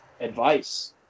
advice